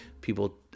People